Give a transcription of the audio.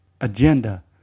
agenda